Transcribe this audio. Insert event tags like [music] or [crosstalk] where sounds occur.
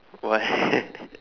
what [laughs]